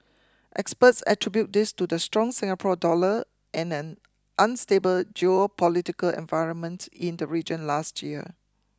experts attribute this to the strong Singapore dollar and an unstable geopolitical environment in the region last year